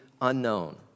unknown